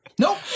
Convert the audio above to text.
Nope